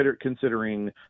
considering